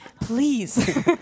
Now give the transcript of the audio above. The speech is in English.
please